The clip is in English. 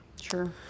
sure